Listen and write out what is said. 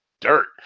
dirt